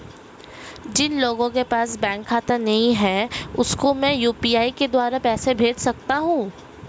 जिन लोगों के पास बैंक खाता नहीं है उसको मैं यू.पी.आई के द्वारा पैसे भेज सकता हूं?